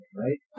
right